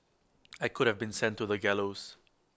I could have been sent to the gallows